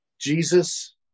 Jesus